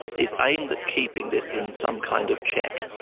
is aimed at keeping this in some kind of check,